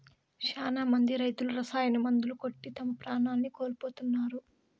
శ్యానా మంది రైతులు రసాయన మందులు కొట్టి తమ ప్రాణాల్ని కోల్పోతున్నారు